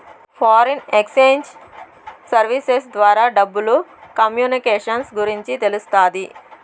foreign exchange services ద్వారా డబ్బులు communications గురించి తెలుస్తాది